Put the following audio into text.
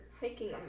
hiking